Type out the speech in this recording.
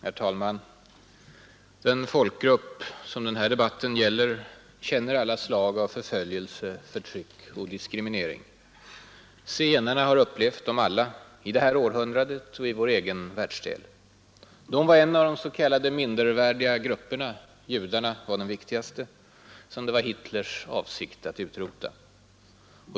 Herr talman! Den folkgrupp som den här debatten gäller känner alla slag av förföljelse, förtryck och diskriminering. Zigenarna har upplevt dem alla i detta århundrade och i vår egen världsdel. De var en av de s.k. mindervärdiga grupperna — judarna var den viktigaste — som det var Hitlers avsikt att utrota.